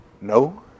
no